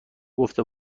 گفته